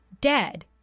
Dead